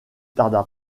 tarda